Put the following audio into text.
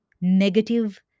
negative